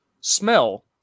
smell